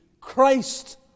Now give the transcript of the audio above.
Christ